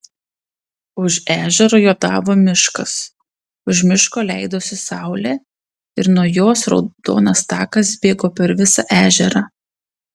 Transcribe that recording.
už ežero juodavo miškas už miško leidosi saulė ir nuo jos raudonas takas bėgo per visą ežerą